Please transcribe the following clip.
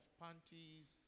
panties